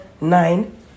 Nine